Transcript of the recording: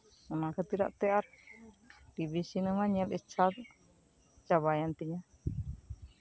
ᱚᱱᱟ ᱠᱷᱟᱹᱛᱤᱨᱟᱜ ᱛᱮ ᱟᱨ ᱴᱤᱵᱷᱤ ᱥᱤᱱᱮᱢᱟ ᱧᱮᱞ ᱤᱪᱪᱷᱟ ᱪᱟᱵᱟᱭᱮᱱ ᱛᱤᱧᱟ